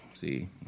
See